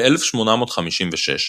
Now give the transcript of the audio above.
ב-1856,